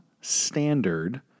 standard